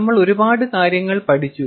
നമ്മൾ ഒരുപാട് കാര്യങ്ങൾ പഠിച്ചു